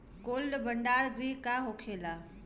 Cold भण्डार गृह का होखेला?